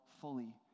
fully